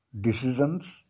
decisions